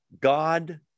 God